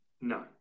no